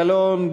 גלאון,